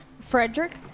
frederick